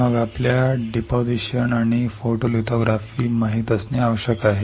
मग आपल्याला डिपॉझिशन आणि फोटोलिथोग्राफी माहित असणे आवश्यक आहे